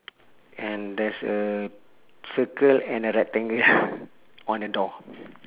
and there's a circle and a rectangle on the door